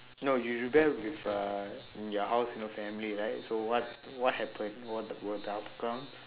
no you rebel with uh your house you know family right so what what happened what were the outcomes